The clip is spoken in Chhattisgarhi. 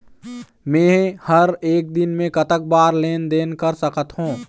मे हर एक दिन मे कतक बार लेन देन कर सकत हों?